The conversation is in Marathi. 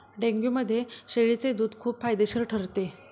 डेंग्यूमध्ये शेळीचे दूध खूप फायदेशीर ठरते